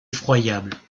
effroyables